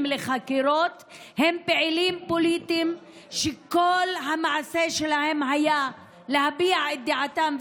לחקירות הם פעילים פוליטיים שכל המעשה שלהם היו להביע את דעתם,